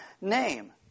name